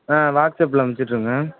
ஆ வாட்ஸ் ஆப்பில அனுப்ச்சிவிட்ருங்க